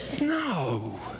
No